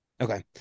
Okay